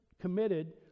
committed